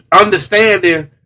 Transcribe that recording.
understanding